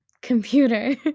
computer